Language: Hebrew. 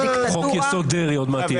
לדיקטטורה --- "חוק-יסוד: דרעי" עוד מעט יגיע.